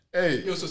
Hey